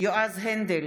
יועז הנדל,